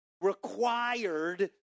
required